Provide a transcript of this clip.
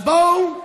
אז בואו,